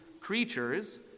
creatures